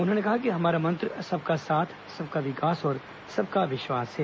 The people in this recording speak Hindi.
उन्होंने कहा कि हमारा मंत्र सबका साथ सबका विकास और सबका विश्वास है